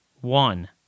one